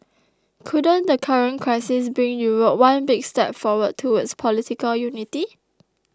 couldn't the current crisis bring Europe one big step forward towards political unity